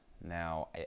Now